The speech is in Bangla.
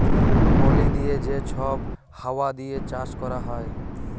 পলি দিঁয়ে যে ছব হাউয়া দিঁয়ে চাষ ক্যরা হ্যয়